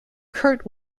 kurt